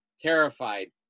terrified